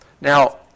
Now